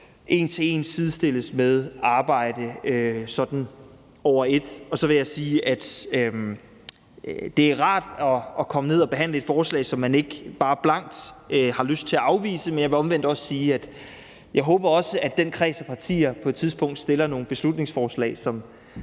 en til en skal sidestilles med arbejde. Og så vil jeg sige, at det er rart at komme ned og behandle et forslag, som man ikke bare blankt har lyst til at afvise. Men jeg vil omvendt også sige, at jeg håber, at den kreds af partier på et tidspunkt fremsætter nogle beslutningsforslag, som